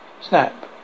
snap